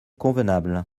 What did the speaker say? convenable